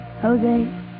Jose